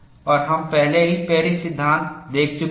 और हम पहले ही पेरिस सिद्धांत देख चुके हैं